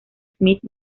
smith